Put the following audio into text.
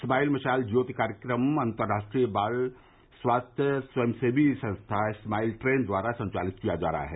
smile मशाल ज्योति कार्यक्रम अन्तर्राष्ट्रीय बाल स्वास्थ्य स्वयं सेवी संस्था स्माइल ट्रेन द्वारा संचालित किया जा रहा है